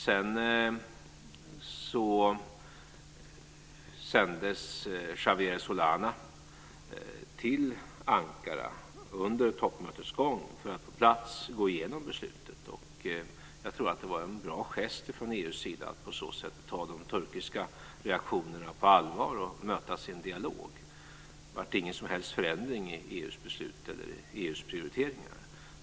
Sedan sändes Javier Solana till Ankara, under toppmötets gång, för att på plats gå igenom beslutet. Jag tror att det var en bra gest från EU:s sida att på så sätt ta de turkiska reaktionerna på allvar och mötas i en dialog. Det blev ingen som helst förändring i EU:s beslut eller i EU:s prioriteringar.